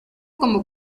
como